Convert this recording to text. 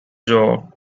jaw